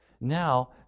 Now